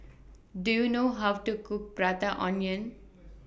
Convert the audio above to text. Do YOU know How to Cook Prata Onion